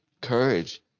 Courage